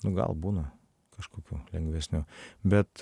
nu gal būna kažkokių lengvesnių bet